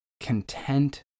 content